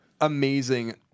amazing